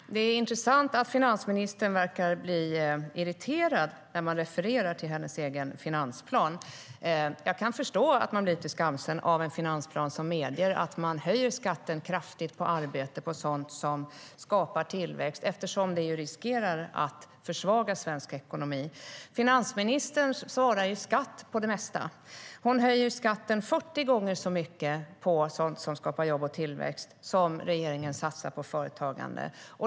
Herr talman! Det är intressant att finansministern verkar bli irriterad när jag refererar till hennes egen finansplan. Jag kan förstå att man blir lite skamsen av en finansplan som medger att man höjer skatten kraftigt på arbete och sådant som skapar tillväxt eftersom det riskerar att försvaga svensk ekonomi. Finansministern svarar "skatt" på det mesta. Hon höjer skatten 40 gånger så mycket på sådant som skapar jobb och tillväxt som regeringen satsar på företagande.